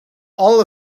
all